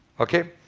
okay.